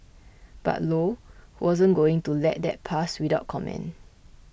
but Low wasn't going to let that pass without comment